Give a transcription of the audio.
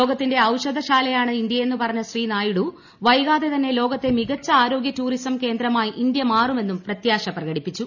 ലോകത്തിന്റെ ഔഷധശാലയാണ് ഇന്ത്യയെന്ന് പറഞ്ഞ ശ്രീ നായിഡു വൈകാതെ തന്നെ ലോകത്തെ മികച്ച ആരോഗൃ ടൂറിസം കേന്ദ്രമായി ഇന്ത്യ മാറുമെന്നും പ്രത്യാശ പ്രകടിപ്പിച്ചു